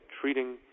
treating